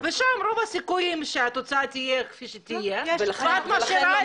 ושם רוב הסיכויים שהתוצאה תהיה כפי שתהיה ואת משאירה